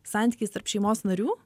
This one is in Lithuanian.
santykiais tarp šeimos narių